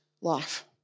life